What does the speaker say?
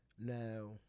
Now